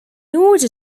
order